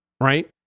right